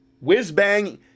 whiz-bang